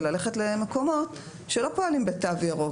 וללכת למקומות שלא פועלים בתו ירוק.